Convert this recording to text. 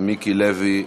מיקי לוי?